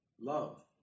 love